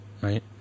right